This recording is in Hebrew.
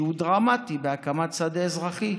שהוא דרמטי בהקמת שדה אזרחי,